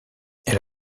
elle